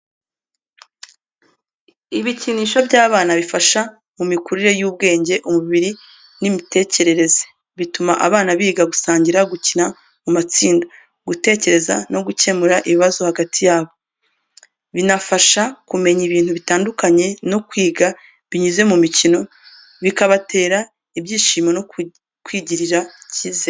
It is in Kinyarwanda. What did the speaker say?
Ibikinisho by’abana bifasha mu mikurire y’ubwenge, umubiri n’imitekerereze. Bituma abana biga gusangira, gukina mu matsinda, gutekereza no gukemura ibibazo hagati yabo, binabafasha kumenya ibintu bitandukanye no kwiga binyuze mu mikino bikabatera ibyishimo no kwigirira icyizere.